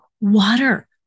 water